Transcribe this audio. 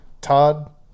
Todd